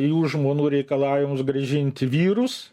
jų žmonų reikalavimus grąžinti vyrus